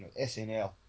SNL